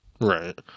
Right